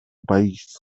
país